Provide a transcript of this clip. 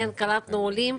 קלטנו עולים.